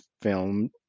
film